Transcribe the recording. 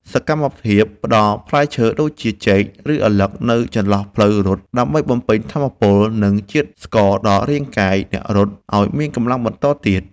សកម្មភាពផ្ដល់ផ្លែឈើដូចជាចេក ឬឪឡឹកនៅចន្លោះផ្លូវរត់ ដើម្បីបំពេញថាមពល និងជាតិស្ករដល់រាងកាយអ្នករត់ឱ្យមានកម្លាំងបន្តទៀត។